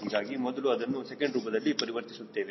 ಹೀಗಾಗಿ ಮೊದಲು ಅದನ್ನು ಸೆಕೆಂಡ್ ರೂಪದಲ್ಲಿ ಪರಿವರ್ತಿಸುತ್ತೇವೆ